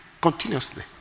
continuously